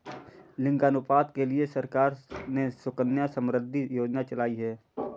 लिंगानुपात के लिए सरकार ने सुकन्या समृद्धि योजना चलाई है